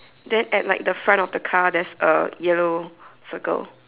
then at like the front of the car there's a yellow circle